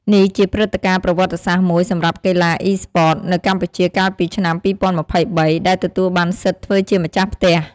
នេះជាព្រឹត្តិការណ៍ប្រវត្តិសាស្ត្រមួយសម្រាប់កីឡា Esports នៅកម្ពុជាកាលពីឆ្នាំ ២០២៣ ដែលទទួលបានសិទ្ធធ្វើជាម្ចាស់ផ្ទះ។